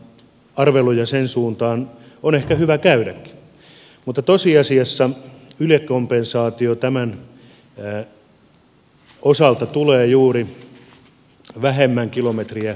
arveluja sen suuntaan on ehkä hyvä käydäkin mutta tosiasiassa ylikompensaatio tämän osalta tulee juuri vähemmän kilometrejä ajavien osalle